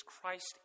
Christ